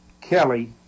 Kelly